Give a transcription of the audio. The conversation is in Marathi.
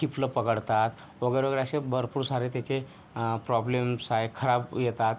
खिपलं पकडतात वगैरे वगैरे असे भरपूर सारे त्याचे प्रॉब्लेम्स आहे खराब येतात